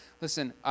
listen